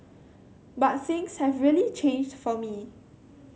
but things have really changed for me